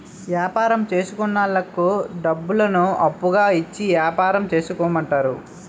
యాపారం చేసుకున్నోళ్లకు డబ్బులను అప్పుగా ఇచ్చి యాపారం చేసుకోమంటారు